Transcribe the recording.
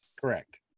Correct